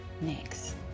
next